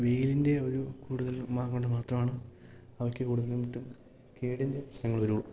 വെയിലിൻ്റെ ഒരു കൂടുതൽ മാത്രമാണ് അവയ്ക്ക് കൂടുതലും കേടിൻ്റെ പ്രശ്നങ്ങള് വരുള്ളൂ